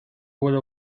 would